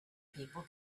people